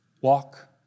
walk